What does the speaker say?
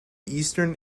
eastern